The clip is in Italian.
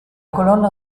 colonna